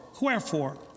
wherefore